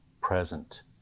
present